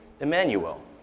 Emmanuel